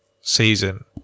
season